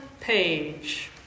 page